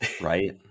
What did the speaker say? Right